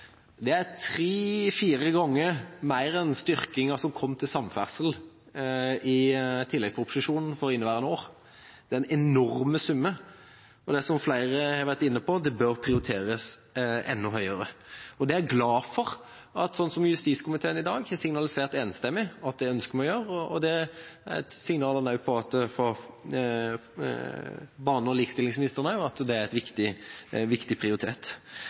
Det er tre–fire ganger mer enn styrkinga til samferdsel som kom i tilleggsproposisjonen for inneværende år. Det er enorme summer, og det bør, som flere har vært inne på, prioriteres enda høyere. Jeg er glad for at justiskomiteen i dag enstemmig har signalisert at den ønsker å gjøre det. Signalene fra barne- og likestillingsministeren er også at dette har høy prioritet. Så til et annet poeng. Høsten 2013 kom det